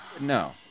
No